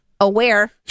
aware